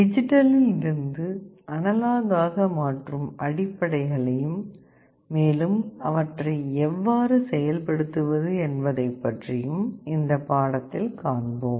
டிஜிட்டலில் இருந்து அனலாக் ஆக மாற்றும் அடிப்படைகளையும் மேலும் அவற்றை எவ்வாறு செயல்படுத்துவது என்பதைப் பற்றியும் இந்த பாடத்தில் காண்போம்